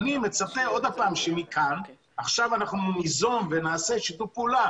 אני מצפה שמכאן ועכשיו ניזום ונעשה שיתוף פעולה